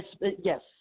Yes